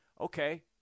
okay